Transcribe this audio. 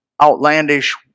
outlandish